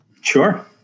Sure